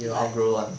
you will outgrow [one]